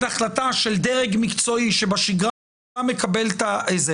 החלטה של דרג מקצועי שבשגרה מקבל את זה.